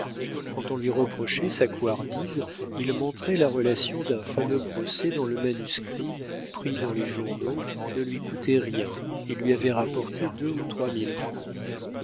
quand on lui reprochait sa couardise il montrait la relation d'un fameux procès dont le manuscrit pris dans les journaux ne lui coûtait rien et lui avait rapporté deux ou trois mille francs